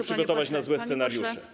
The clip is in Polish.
przygotować się na złe scenariusze.